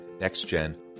Next-Gen